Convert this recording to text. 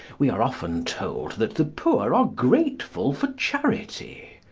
we are often told that the poor are grateful for charity.